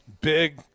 big